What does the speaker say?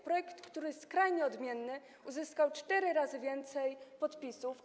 Projekt, który jest skrajnie odmienny, uzyskał cztery razy więcej podpisów.